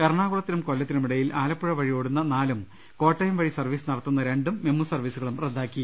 എറണാകുളത്തിനും കൊല്ല ത്തിനുമിടയിൽ ആലപ്പുഴ വഴി ഓടുന്ന നാലും കോട്ടയം വഴി സർവീസ് നടത്തുന്ന രണ്ടും മെമു സർവീസുകളും റദ്ദാക്കി